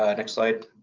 ah next slide.